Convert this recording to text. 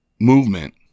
movement